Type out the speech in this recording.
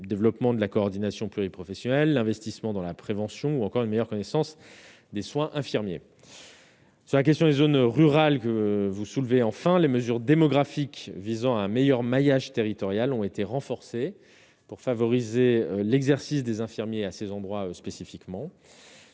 développement de la coordination pluri-professionnelles, l'investissement dans la prévention ou encore une meilleure connaissance des soins infirmiers, c'est la question des zones rurales que vous soulevez, enfin les mesures démographiques visant à un meilleur maillage territorial ont été renforcés pour favoriser l'exercice des infirmiers à ces endroits spécifiquement